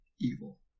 evil